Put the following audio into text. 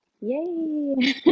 Yay